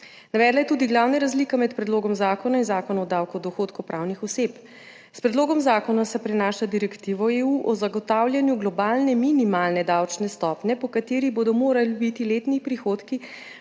Navedla je tudi glavna razlika med predlogom zakona in Zakonom o davku od dohodkov pravnih oseb. S predlogom zakona se prenaša direktivo EU o zagotavljanju globalne minimalne davčne stopnje, po kateri bodo morali biti letni prihodki